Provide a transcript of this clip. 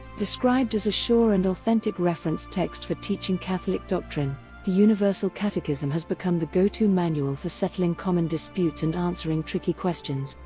described as a sure and authentic reference text for teaching catholic doctrine, the universal catechism has become the go-to manual for settling common disputes and answering tricky questions,